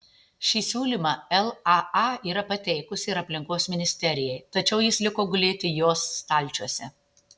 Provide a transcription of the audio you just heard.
šį siūlymą laa yra pateikusi ir aplinkos ministerijai tačiau jis liko gulėti jos stalčiuose